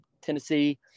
Tennessee